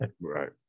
right